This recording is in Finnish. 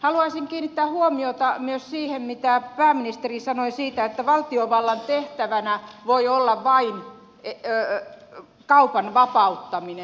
haluaisin kiinnittää huomiota myös siihen mitä pääministeri sanoi siitä että valtiovallan tehtävänä voi olla vain kaupan vapauttaminen